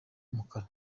umukara